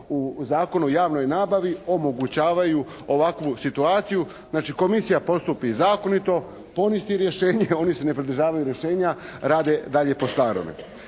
u Zakonu o javnoj nabavi omogućavaju ovakvu situacija. Znači Komisija postupi zakonito, poništi rješenje, oni se ne pridržavaju rješenja rade dalje po starome.